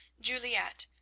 juliette,